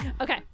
okay